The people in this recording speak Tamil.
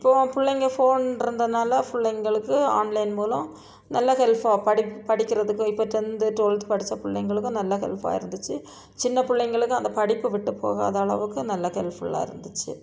இப்போது பிள்ளைங்க ஃபோன் இருந்தனால் பிள்ளைங்களுக்கு ஆன்லைன் மூலம் நல்ல ஹெல்ஃபாக படி படிக்கிறதுக்கு இப்போ டென்த்து ட்வெல்த் படிச்ச பிள்ளைங்களுக்கு நல்ல ஹெல்ஃபாக இருந்துச்சு சின்னப்பிள்ளைங்களுக்கு அந்த படிப்பு விட்டுப் போகாத அளவுக்கு நல்ல ஹெல்ப்ஃபுல்லாக இருந்துச்சு